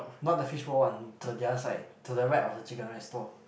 not the fish ball one to the other side to the right of the chicken rice stall